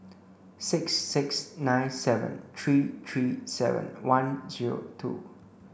six six nine seven three three seven one zero two